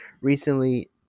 recently